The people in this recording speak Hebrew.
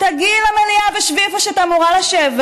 תגיעי למליאה ושבי איפה שאת אמורה לשבת